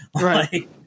Right